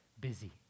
busy